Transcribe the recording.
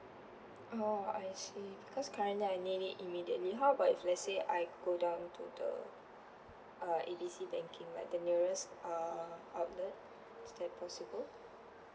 oh I see because currently I need it immediately how about if let's say I go down to the uh A B C banking like the nearest uh outlet is that possible